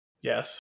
Yes